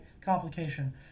complication